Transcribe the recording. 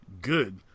good